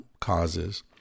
causes